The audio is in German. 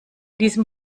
diesem